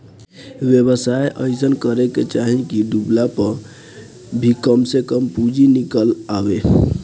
व्यवसाय अइसन करे के चाही की डूबला पअ भी कम से कम पूंजी निकल आवे